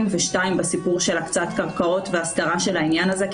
ובהקצאת קרקעות ובהסדרה של העניין הזה,